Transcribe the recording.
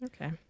Okay